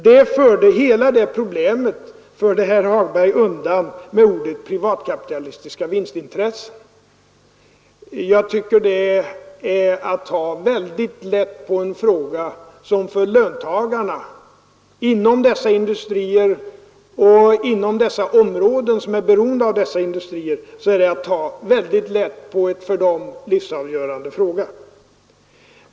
Men hela det problemet för herr Hagberg undan med orden privatkapitalistiska vinstintressen. Jag tycker att det är att ta väldigt lätt på en för löntagarna vid industrierna i dessa områden helt avgörande fråga.